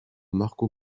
marco